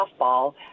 softball